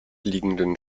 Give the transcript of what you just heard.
liegenden